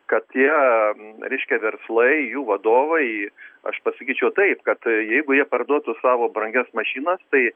kad tie reiškia verslai jų vadovai aš pasakyčiau taip kad jeigu jie parduotų savo brangias mašinas tai